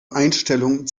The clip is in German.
einstellung